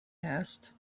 asked